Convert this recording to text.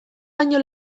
baino